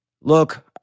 look